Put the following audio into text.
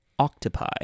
octopi